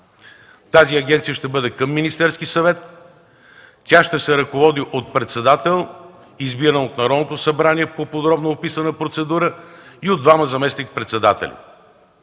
Тази агенция ще бъде към Министерския съвет. Тя ще се ръководи от председател, избиран от Народното събрание по подробно описана процедура, и от двама заместник-председатели.